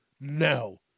no